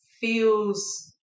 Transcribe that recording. feels